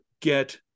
get